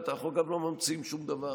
אנחנו גם לא ממציאים שום דבר,